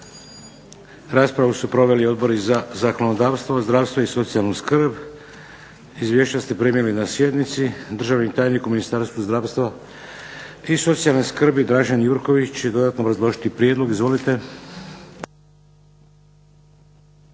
Raspravu su proveli odbori za zakonodavstvo, zdravstvo i socijalnu skrb. Izvješća ste primili na sjednici. Državni tajnik u Ministarstvu zdravstva i socijalne skrbi Dražen Jurković će dodatno obrazložiti prijedlog. Izvolite.